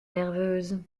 nerveuses